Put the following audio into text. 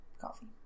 coffee